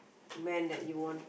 man that you want